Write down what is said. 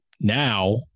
now